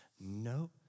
No